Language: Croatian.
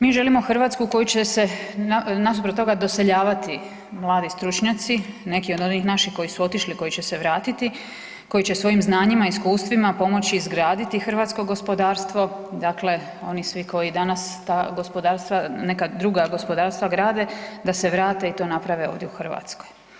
Mi želimo Hrvatsku koju će se nasuprot toga doseljavati mladi stručnjaci, neki od onih naših koji su otišli, koji će se vratiti, koji će svojim znanima i iskustvima pomoći izgraditi hrvatsko gospodarstvo dakle oni svi koji danas ta gospodarstva, neka druga gospodarstva grade, da se vrate i to naprave ovdje u Hrvatskoj.